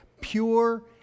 Pure